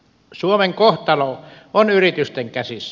suomen kohtalo on yritysten käsissä